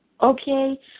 Okay